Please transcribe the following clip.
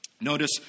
Notice